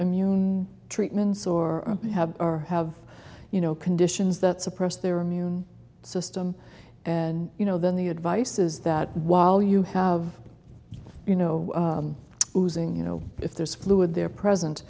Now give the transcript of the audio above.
immune treatments or have or have you know conditions that suppress their immune system and you know then the advice is that while you have you know using you know if there's fluid there present